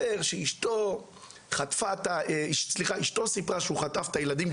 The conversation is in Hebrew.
אשתו סיפרה שהוא חטף את הילדים,